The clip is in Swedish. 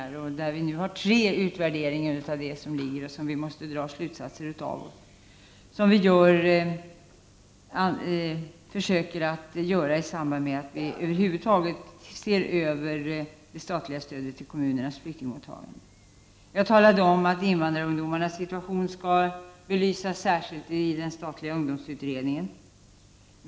Vi har nu tre utvärderingar som vi måste dra slutsatser av, vilket vi försöker göra i samband med att vi över huvud taget ser över det statliga stödet till kommunernas flyktingmottagning. Jag talade om att invandrarungdomarnas situation skall belysas särskilt i den statliga ungdomsutredningen.